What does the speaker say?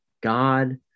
God